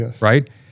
right